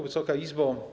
Wysoka Izbo!